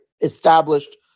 established